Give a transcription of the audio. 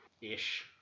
ish